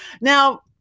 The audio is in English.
now